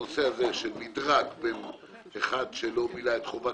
הנושא של מדרג בין מי שלא מילא את חובת